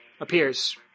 appears